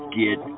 get